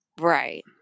Right